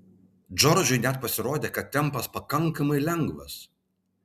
džordžui net pasirodė kad tempas pakankamai lengvas